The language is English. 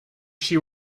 she